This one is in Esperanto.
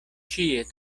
ĉie